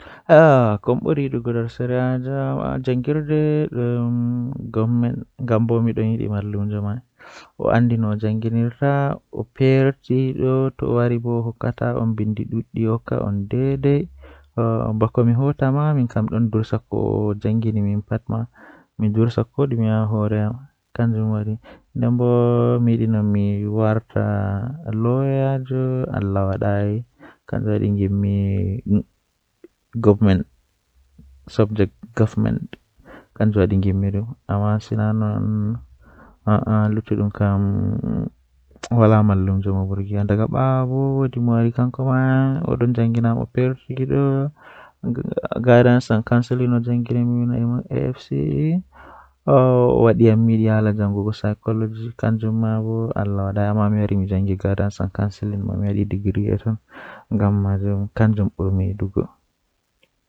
Asaweere jei mi yidi kanjum woni asaweere jei siwtaare mi siwtaa haa nder iyaalu am daa am be baaba am be debbo am be derdiraabe am.